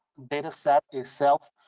dataset itself